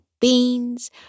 Beans